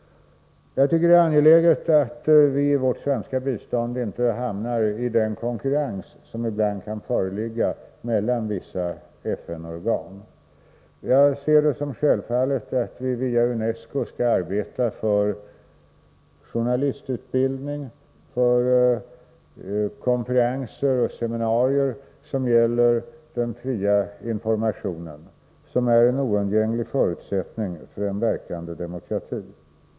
Jag tycker det är angeläget att vi när det gäller det svenska biståndet inte hamnar i den konkurrens som ibland kan föreligga mellan vissa FN-organ. Jag ser det som självklart att vi via UNESCO skall arbeta för journalistutbildning och för konferenser och seminarier som gäller den fria informationen, vilken är en oundgänglig förutsättning för en verkande demokrati.